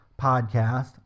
podcast